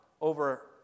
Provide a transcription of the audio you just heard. over